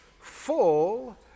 full